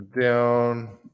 down